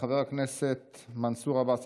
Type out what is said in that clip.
חבר הכנסת מנסור עבאס,